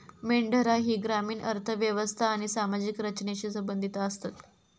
मेंढरा ही ग्रामीण अर्थ व्यवस्था आणि सामाजिक रचनेशी संबंधित आसतत